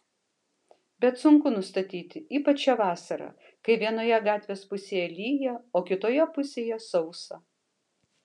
bet sunku nustatyti ypač šią vasarą kai vienoje gatvės pusėje lyja o kitoje pusėje sausa